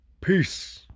Peace